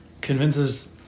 convinces